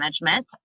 management